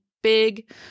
big